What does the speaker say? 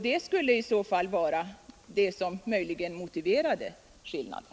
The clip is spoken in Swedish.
Det skulle i så fall vara det som möjligen motiverade skillnaden.